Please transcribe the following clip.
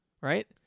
right